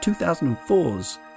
2004's